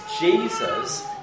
Jesus